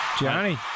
Johnny